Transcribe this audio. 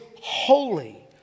holy